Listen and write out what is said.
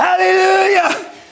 Hallelujah